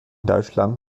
deutschland